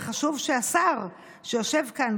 וחשוב שהשר שיושב כאן,